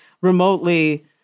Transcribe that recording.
remotely